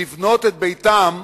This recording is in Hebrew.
לבנות את ביתם